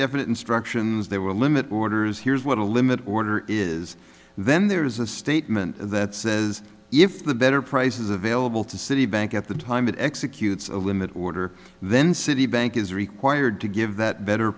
definite instructions they were limit orders here's what a limit order is then there is a statement that says if the better price is available to citibank at the time it executes a limit order then citibank is required to give that better